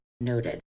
noted